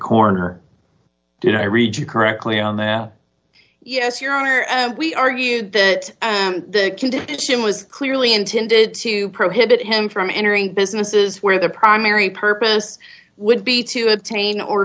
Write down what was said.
corner and i read you correctly on now yes your honor we argued that the condition was clearly intended to prohibit him from entering businesses where the primary purpose would be to obtain or